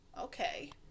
Okay